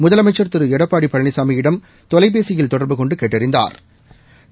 முதலமைச்சா் திரு எடப்பாடி பழனிசாமியை தொலைபேசியில் தொடா்பு கொண்டு கேட்டறிந்தாா்